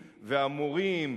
המורים,